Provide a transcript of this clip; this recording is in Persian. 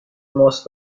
ماست